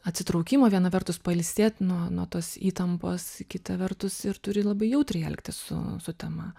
atsitraukimo viena vertus pailsėt nuo nuo tos įtampos kita vertus ir turi labai jautriai elgtis su su tema